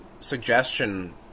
suggestion